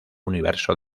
universo